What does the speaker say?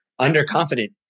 underconfident